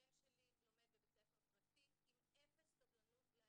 שהבן שלי לומד בבית ספר פרטי עם אפס סובלנות לאלימות.